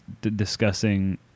discussing